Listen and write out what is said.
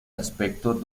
aspecto